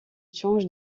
change